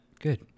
Good